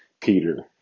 Peter